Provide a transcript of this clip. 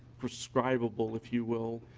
prescribeable if you will